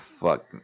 fuck